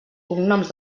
cognoms